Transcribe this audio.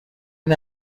این